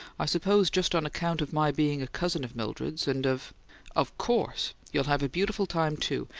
i suppose just on account of my being a cousin of mildred's and of of course! you'll have a beautiful time, too.